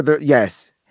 Yes